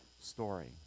story